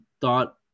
thought